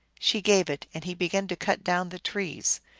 she gave it, and he began to cut down the trees.